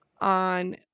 on